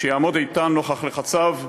שיעמוד איתן נוכח לחציו,